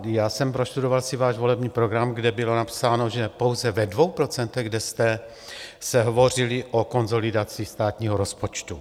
Já jsem si prostudoval váš volební program, kde bylo napsáno, že pouze ve 2 procentech jste hovořili o konsolidaci státního rozpočtu.